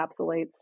encapsulates